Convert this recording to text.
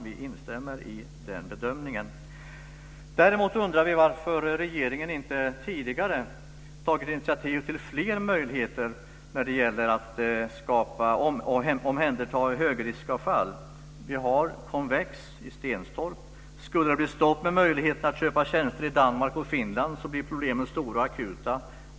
Vi instämmer i bedömningen. Däremot undrar vi varför regeringen inte tidigare tagit initiativ till fler möjligheter när det gäller att omhänderta högriskavfall. Vi har Konvex i Stenstorp. Skulle det bli stopp med möjligheten att köpa tjänster i Danmark och Finland blir problemen stora och akuta.